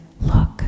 Look